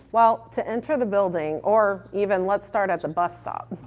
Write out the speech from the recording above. well, to enter the building or even let's start at the bus stop.